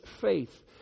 faith